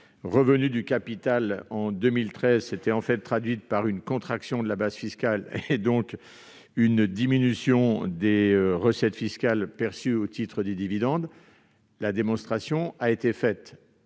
revenus du capital en 2013 s'était en fait traduite par une contraction de la base fiscale, et donc une diminution des recettes fiscales perçues au titre des dividendes. Cette démonstration ayant été faite,